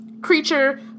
creature